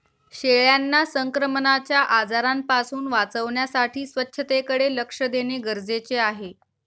शेळ्यांना संक्रमणाच्या आजारांपासून वाचवण्यासाठी स्वच्छतेकडे लक्ष देणे गरजेचे आहे